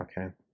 okay